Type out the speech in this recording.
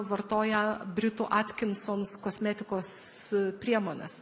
vartoja britų atkinsons kosmetikos priemones